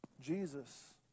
Jesus